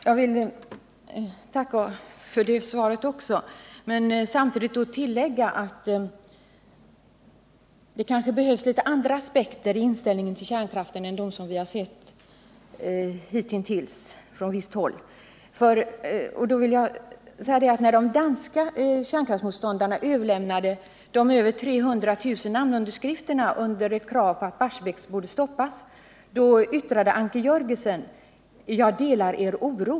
Herr talman! Jag vill tacka även för detta svar men vill samtidigt tillägga att det kanske behövs andra aspekter när det gäller inställningen till kärnkraften än dem som vi har sett hitintills på visst håll. När de danska kärnkraftsmotståndarna överlämnade de över 300 000 namnunderskrifterna med krav på att Barsebäck borde stoppas yttrade Anker Jörgensen: Jag delar er oro.